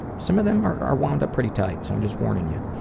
some of them are are warmed up pretty tight. so i'm just warning you.